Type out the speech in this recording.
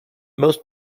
most